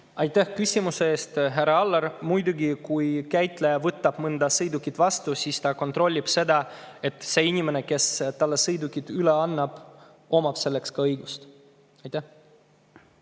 Aitäh küsimuse eest, härra Aller! Muidugi, kui käitleja võtab mõnda sõidukit vastu, siis ta kontrollib, et sel inimesel, kes talle sõiduki üle annab, on selleks õigus. Aitäh